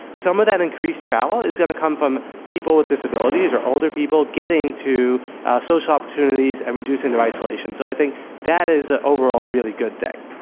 some of that increased travel is going to come from people with disabilities or older people getting to social opportunities and reducing their isolation. so, i think that is ah overall a really good thing.